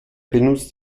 benutzt